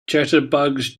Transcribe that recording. jitterbugs